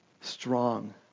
Strong